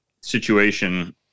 situation